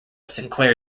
sinclair